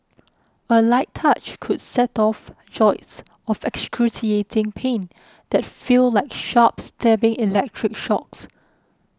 a light touch could set off jolts of excruciating pain that feel like sharp stabbing electric shocks